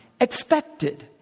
expected